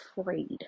afraid